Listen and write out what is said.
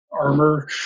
armor